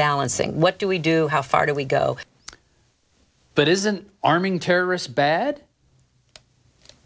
balancing what do we do how far do we go but isn't arming terrorist bad